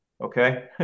okay